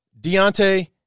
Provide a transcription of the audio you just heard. Deontay